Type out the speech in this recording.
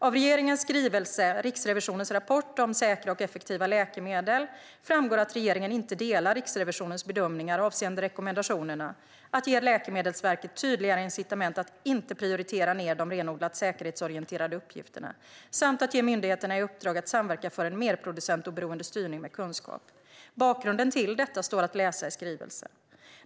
Av regeringens skrivelse Riksrevisionens rapport om säkra och effektiva läkemedel framgår att regeringen inte delar Riksrevisionens bedömningar avseende rekommendationerna att ge Läkemedelsverket tydligare incitament att inte prioritera ned de renodlat säkerhetsorienterade uppgifterna samt att ge myndigheterna i uppdrag att samverka för en mer producentoberoende styrning med kunskap. Bakgrunden till detta står att läsa i skrivelsen.